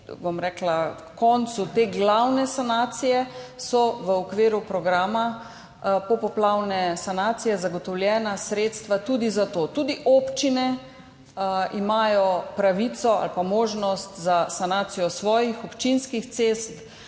ob koncu te glavne sanacije v okviru programa popoplavne sanacije zagotovljena sredstva tudi za to. Tudi občine imajo pravico ali pa možnost za sanacijo svojih občinskih cest